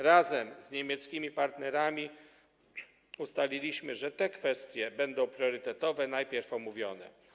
Razem z niemieckimi partnerami ustaliliśmy, że te kwestie będą priorytetowe i najpierw omówione.